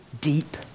deep